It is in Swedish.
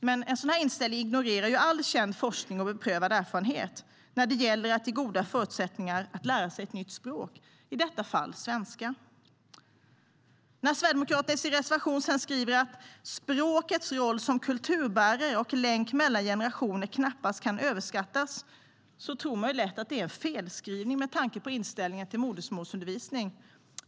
Men en sådan inställning ignorerar all känd forskning och beprövad erfarenhet när det gäller att ge goda förutsättningar att lära sig ett nytt språk, i detta fall svenska. När Sverigedemokraterna i sin reservation sedan skriver att språkets roll som kulturbärare och länk mellan generationerna knappast kan överskattas tror man lätt att det är en felskrivning med tanke på inställningen till modersmålsundervisning.